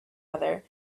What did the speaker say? other